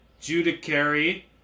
Judiciary